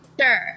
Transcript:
Sure